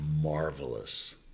marvelous